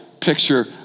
picture